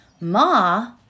Ma